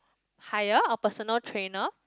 hire a personal trainer